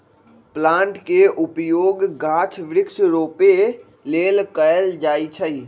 plant के उपयोग गाछ वृक्ष रोपे लेल कएल जाइ छइ